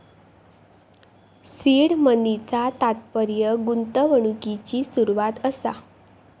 seed मनीचा तात्पर्य गुंतवणुकिची सुरवात असा